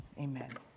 Amen